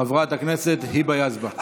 חברת הכנסת היבה יזבק.